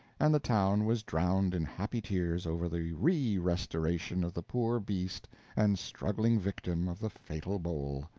and the town was drowned in happy tears over the re-restoration of the poor beast and struggling victim of the fatal bowl.